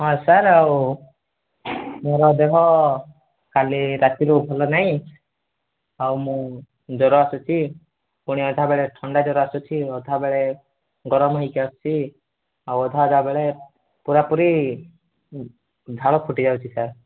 ହଁ ସାର୍ ଆଉ ମୋର ଦେହ କାଲି ରାତି ଠୁ ଭଲ ନାହିଁ ଆଉ ମୁଁ ଜ୍ୱର ଆସୁଛି ପୁଣି ଅଧାବେଳେ ଥଣ୍ଡା ଜ୍ୱର ଆସୁଛି ଅଧାବେଳେ ଗରମ ହେଇକି ଆସୁଛି ଆଉ ଅଧା ଅଧା ବେଳେ ପୁରା ପୁରି ଝାଳ ଫୁଟିଯାଉଛି ସାର୍